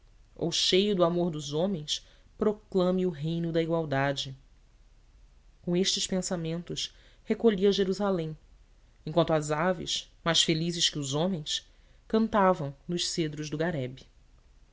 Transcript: ou cheio do amor dos homens proclame o reino da igualdade com estes pensamentos recolhi a jerusalém em quanto as aves mais felizes que os homens cantavam nos cedros do garebe